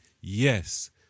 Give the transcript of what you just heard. Yes